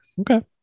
Okay